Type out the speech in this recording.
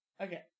Okay